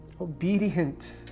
obedient